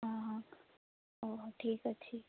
ହଁ ହଁ ହଉ ହଉ ଠିକ୍ ଅଛି